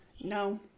no